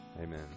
Amen